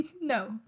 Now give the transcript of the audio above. no